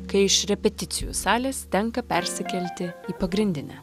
kai iš repeticijų salės tenka persikelti į pagrindinę